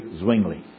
Zwingli